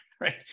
right